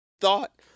thought